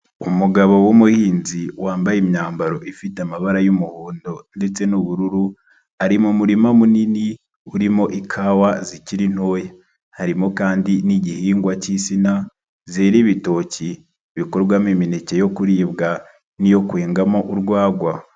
Umugabo w'umuhinzi wambaye imyambaro ifite amabara y'umuhondo ndetse n'ubururu, ari mu murima munini urimo ikawa zikiri ntoya, harimo kandi n'igihingwa cy'insina, zera ibitoki bikorwamo imineke yo kuribwa n'iyo kwengamo urwagwa.